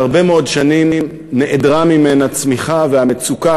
שהרבה מאוד שנים נעדרה ממנה צמיחה והמצוקה